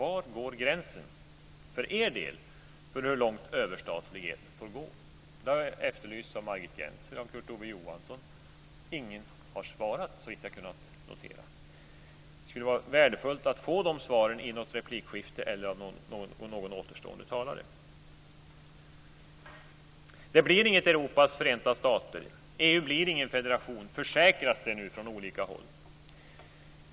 Var går gränsen för er del för hur långt överstatlighet får gå? Det har efterlysts av Margit Gennser och av Kurt Ove Johansson. Ingen har svarat, såvitt jag har kunnat notera. Det skulle vara värdefullt att få de svaren i något replikskifte eller av någon återstående talare. Det blir inget Europas förenta stater. Det försäkras nu från olika håll att EU inte blir någon federation.